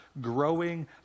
growing